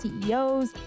CEOs